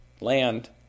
land